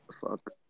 fuck